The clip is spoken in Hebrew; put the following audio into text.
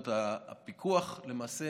זאת אומרת, הפיקוח למעשה